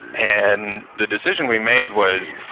and the decision we made was